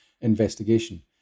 investigation